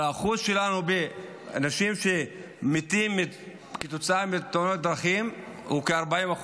אבל האחוז שלנו באנשים שמתים כתוצאה מתאונות דרכים הוא כ-40%.